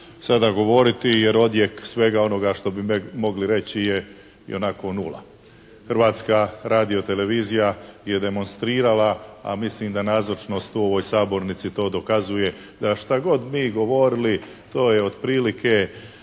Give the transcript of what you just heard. Hrvatska radiotelevizija je demonstrirala, a mislim da nazočnost u ovoj sabornici to dokazuje da šta god mi govorili to je otprilike